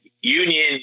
union